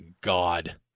God